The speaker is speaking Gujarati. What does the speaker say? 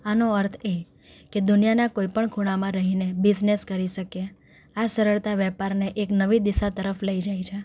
આનો અર્થ એ કે દુનિયાનાં કોઈપણ ખૂણામાં રહીને બિઝનેસ કરી શકીએ આ સરળતા વ્યાપારને એક નવી દિશા તરફ લઈ જાય છે